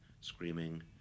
screaming